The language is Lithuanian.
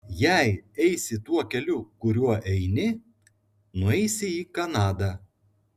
jei eisi tuo keliu kuriuo eini nueisi į kanadą